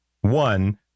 One